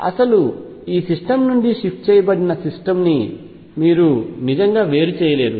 అసలు ఈ సిస్టమ్ నుండి షిఫ్ట్ చేయబడిన సిస్టమ్ని మీరు నిజంగా వేరు చేయలేరు